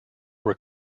were